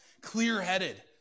clear-headed